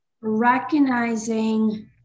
recognizing